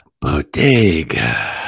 Bodega